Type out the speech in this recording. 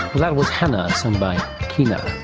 that was hana, sung by kina.